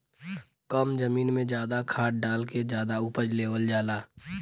कम जमीन में जादा खाद डाल के जादा उपज लेवल जाला